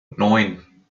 neun